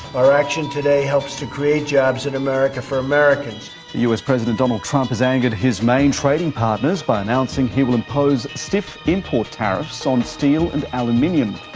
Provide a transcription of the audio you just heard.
our action today helps to create jobs in america for americans. the us president donald trump has angered his main trading partners by announcing he will impose stiff import tariffs on steel and aluminium.